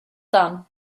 done